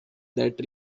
that